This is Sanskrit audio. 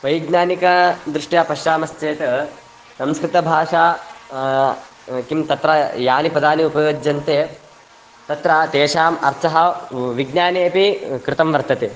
वैज्ञानिकदृष्ट्या पश्यामश्चेत् संस्कृतभाषा किं तत्र यानि पदानि उपयुज्यन्ते तत्र तेषाम् अर्थः विज्ञाने अपि कृतं वर्तते